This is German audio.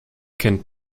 kennt